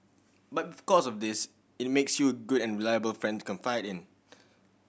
but because of this it makes you a good and reliable friend to confide in